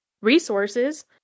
resources